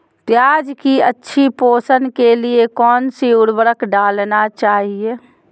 प्याज की अच्छी पोषण के लिए कौन सी उर्वरक डालना चाइए?